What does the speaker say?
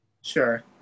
Sure